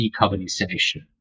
decarbonisation